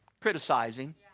criticizing